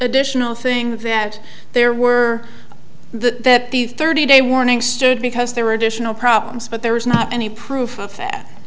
additional thing that there were that the thirty day warning stood because there were additional problems but there was not any proof that